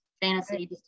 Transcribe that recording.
fantasy